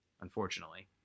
unfortunately